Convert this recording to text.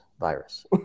virus